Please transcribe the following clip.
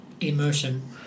Immersion